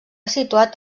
situat